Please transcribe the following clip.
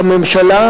את הממשלה,